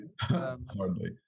hardly